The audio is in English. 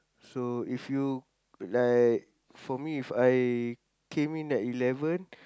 so if you like for me if I like came in at eleven